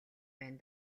байна